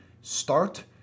start